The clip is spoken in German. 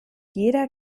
jeder